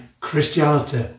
Christianity